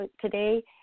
today